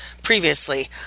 previously